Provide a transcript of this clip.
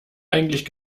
eigentlich